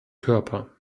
körper